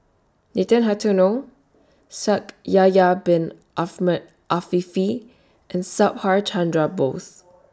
Nathan Hartono Shaikh Yahya Bin Ahmed Afifi and Subhas Chandra Bose